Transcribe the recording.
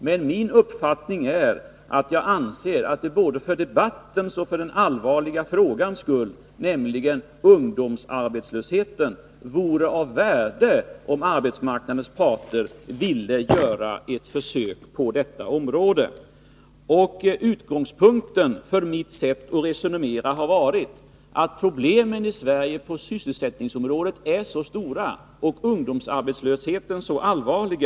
Men jag anser att det för både debattens och den allvarliga frågans skull — det gäller ju ungdomsarbetslösheten — vore av värde om arbetsmarknadens parter ville göra ett försök på detta område. Utgångspunkten för mitt sätt att resonera har varit att problemen i Sverige på sysselsättningsområdet är så stora och ungdomsarbetslösheten så allvarlig.